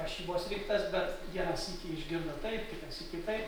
rašybos riktas bet vieną sykį išgirdo taip kitąsyk kitaip